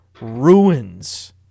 ruins